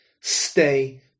stay